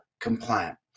compliant